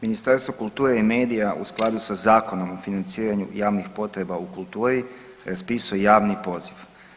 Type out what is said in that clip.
Ministarstvo kulture i medija u skladu sa zakonom o financiranju javnih potreba u kulturi raspisuje javni poziv.